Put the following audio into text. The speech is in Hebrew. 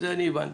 את זה אני הבנתי.